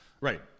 Right